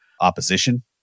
opposition